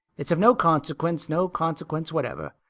it's of no consequence. no consequence whatever.